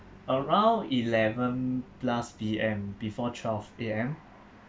around eleven plus P_M before twelve A_M